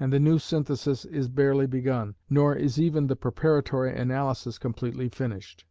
and the new synthesis is barely begun, nor is even the preparatory analysis completely finished.